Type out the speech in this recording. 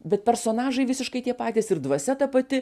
bet personažai visiškai tie patys ir dvasia ta pati